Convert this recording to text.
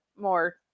more